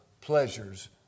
pleasures